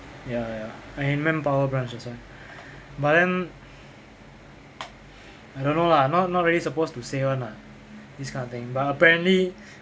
ya ya I in manpower branch that's why but then I don't know lah not not really supposed to say [one] ah this kind of thing but apparently